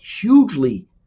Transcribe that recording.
hugely